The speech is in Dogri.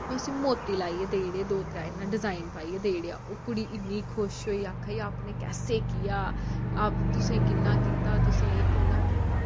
में उसी मोती लाइयै देई ओड़े दो त्रै इ'यां डिजाइन पाइयै देई ओड़ेआ ओह् कुड़ी इन्नी खुश होई आक्खै दी अपने कैसे कि'या तुसें कि'यां कीता तुसें एह् कि'यां कीता